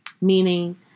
Meaning